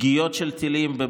פגיעה של טילים,